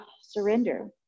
surrender